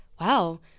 wow